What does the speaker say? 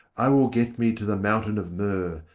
i will get me to the mountain of myrrh,